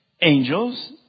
Angels